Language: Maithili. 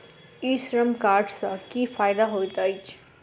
ई श्रम कार्ड सँ की फायदा होइत अछि?